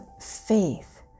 faith